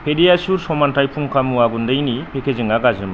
PediaSure समानथाय फुंखा मुवा गुन्दैनि पेकेजिंया गाज्रिमोन